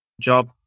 job